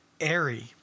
airy